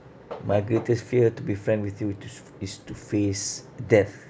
my greatest fear to be frank with you to is to face death